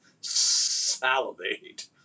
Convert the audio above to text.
Salivate